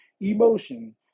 emotion